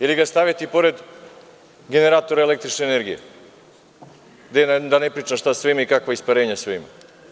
Ili ga staviti pored generatora električne energije, da ne pričam šta sve ima i kakva isparenja sve imaju.